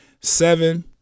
seven